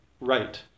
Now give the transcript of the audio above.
right